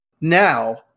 Now